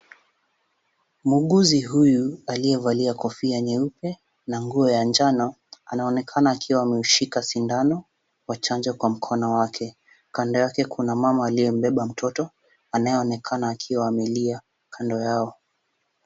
Muuguzi huyu aliyevalia kofia nyeupe na nguo ya njano anaonekana akiwa ameushika sindano wa chanjo kwa mkono wake. Kando yake kuna mama aliyembeba mtoto, anayeonekana akiwa amelia kando yao.